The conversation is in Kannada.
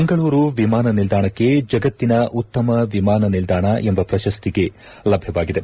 ಮಂಗಳೂರು ವಿಮಾನ ನಿಲ್ದಾಣಕ್ಕೆ ಜಗತ್ತಿನ ಉತ್ತಮ ವಿಮಾನ ನಿಲ್ದಾಣ ಎಂಬ ಪ್ರಶಸ್ತಿ ಲಭ್ಯವಾಗಿದೆ